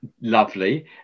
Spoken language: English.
lovely